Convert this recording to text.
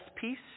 peace